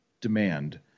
demand